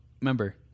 remember